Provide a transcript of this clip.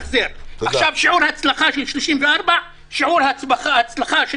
שיעור הצלחה של 34% שיעור ההצלחה של